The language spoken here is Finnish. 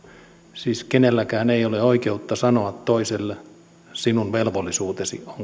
siis kenelläkään ei ole oikeutta sanoa toiselle sinun velvollisuutesi